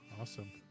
Awesome